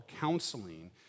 counseling